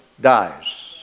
dies